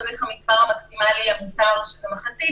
צריך המספר המקסימלי המותר שזה מחצית,